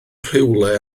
rhywle